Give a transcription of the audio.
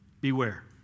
beware